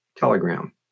telegram